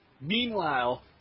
Meanwhile